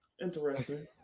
interesting